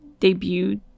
debuted